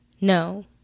No